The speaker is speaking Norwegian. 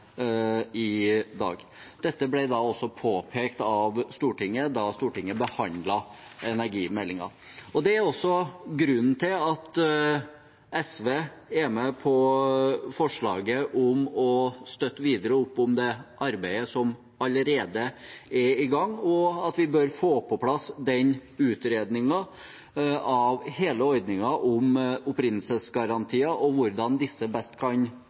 i dag. Dette ble også påpekt av Stortinget da Stortinget behandlet energimeldingen. Det er også grunnen til at SV er med på forslaget om å støtte videre opp om det arbeidet som allerede er i gang, og at vi bør få på plass en utredning av hele ordningen om opprinnelsesgarantier og hvordan disse best kan